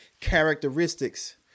characteristics